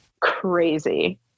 crazy